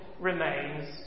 remains